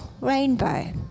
rainbow